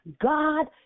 God